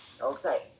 Okay